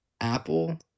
Apple